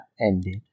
ended